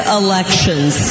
elections